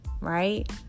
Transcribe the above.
right